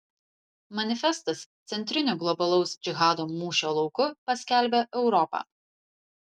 manifestas centriniu globalaus džihado mūšio lauku paskelbė europą